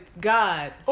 God